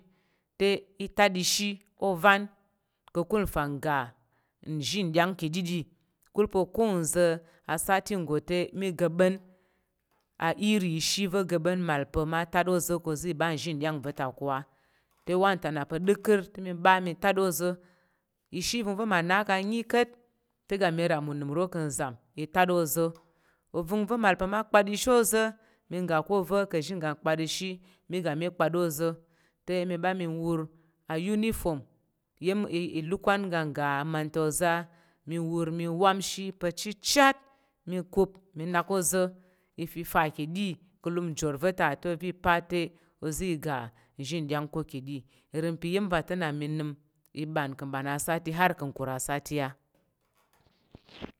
Te i tat ishi ovan ka̱kul fa ga nzhi nɗyang ka̱ ɗiɗi ka̱kul pa̱ ko nza̱ asati nggo te mi ga̱ɓa̱n a iri ishi va̱ ga̱ba̱n mal pa̱ ma tat oza̱ ko nza̱ ba nzhi ɗyang va̱ta ko a te, wantana pe dikir te mi ɓa mi tat oza̱ ishi ivəngva̱ ma na kang nyi ka̱t te ga mi ram unəm uro ka̱ nzam i tat oza̱ ova̱ vəngva̱ mal pa̱ kpat ishi oza̱ mi ga ko va̱ ka̱ nzhi ngga kpat ishi mi ga mi kpat oza̱ te mi ɓa mi wur a uniform iya̱m ilukwan iga ga manta oza mi wur mi wamshi pe chichyat mi kup mi nak oza̱ i fi fa ka̱ɗi ka̱ ilum jer vata to va̱ pa̱ te oza̱ ga ishen ɗyang ka̱ ka̱ ɗi irin pa̱ ya̱m ɓa tina mi nəm i ɓan ka̱ ɓan asati har ka̱ nkur asati a.